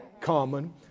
Common